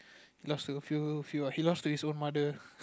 lost to feel feel or he lost to his own mother